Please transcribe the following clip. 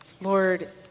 Lord